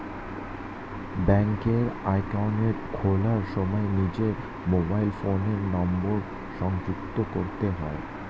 ব্যাঙ্কে অ্যাকাউন্ট খোলার সময় নিজের মোবাইল ফোনের নাম্বার সংযুক্ত করতে হয়